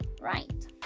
right